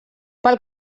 pel